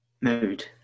Mood